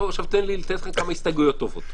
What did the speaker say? עכשיו תן לי לתת לך כמה הסתייגויות טובות.